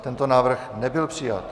Tento návrh nebyl přijat.